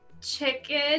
chicken